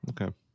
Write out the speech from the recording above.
Okay